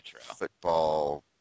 football